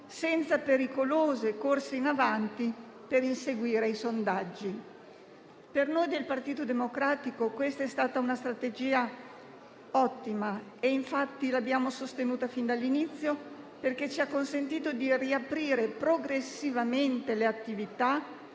senza pericolose corse in avanti, per inseguire i sondaggi. Per noi del Partito Democratico questa è stata una strategia ottima e infatti l'abbiamo sostenuta fin dall'inizio, perché ci ha consentito di riaprire progressivamente le attività,